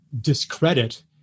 discredit